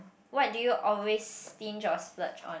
what do you always stinge or splurge on